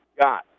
got